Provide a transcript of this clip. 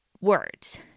words